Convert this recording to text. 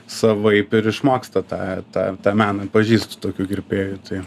savaip ir išmoksta tą tą meną pažįstu tokių kirpėjų tai